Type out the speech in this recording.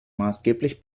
maßgeblich